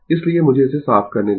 इसलिए मुझे इसे साफ करने दें